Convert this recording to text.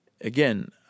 Again